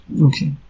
Okay